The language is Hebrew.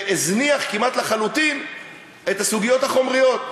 והזניח כמעט לחלוטין את הסוגיות החומריות,